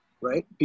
right